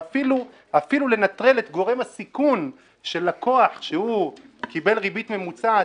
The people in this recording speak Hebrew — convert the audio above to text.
ואפילו לנטרל את גורם הסיכון של לקוח שקיבל ריבית ממוצעת,